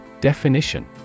Definition